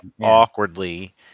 awkwardly